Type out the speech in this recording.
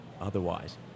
otherwise